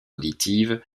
auditive